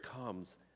comes